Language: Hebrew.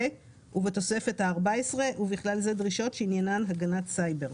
ובתוספת הארבע-עשרה ובכלל זה דרישות שעניינן הגנת סייבר.